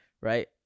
right